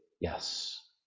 yes